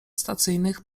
stacyjnych